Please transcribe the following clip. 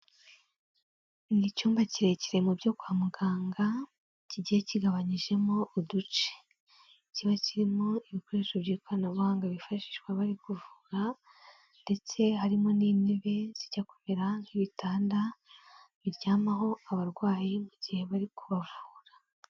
Ni ni icyumba kirekire mu byo kwa muganga, kigiye kigabanyijemo uduce. Kiba kirimo ibikoresho by'ikoranabuhanga bifashisha bari kuvura ndetse harimo n'intebe zijya kumera nk'ibitanda biryamaho abarwayi mu gihe bari kubavura.